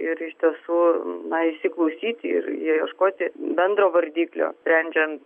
ir iš tiesų na įsiklausyti ir ieškoti bendro vardiklio sprendžian